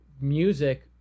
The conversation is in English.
music